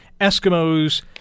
Eskimos